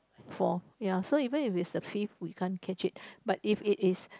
four ya even if it's the fifth we can't catch it but if it is